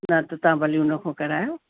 न त तव्हां भली हुनखां करायो